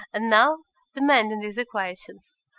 and now demanded his acquiescence.